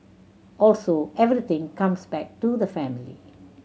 also everything comes back to the family